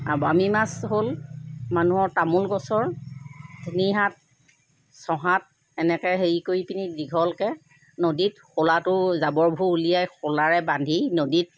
আৰু বামী মাছ হ'ল মানুহৰ তামোল গছৰ তিনিহাত ছহাত এনেকৈ হেৰি কৰিপিনি দীঘলকৈ নদীত খোলাটো জাবৰবোৰ উলিয়াই খোলাৰে বান্ধি নদীত